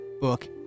book